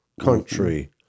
country